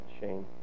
shame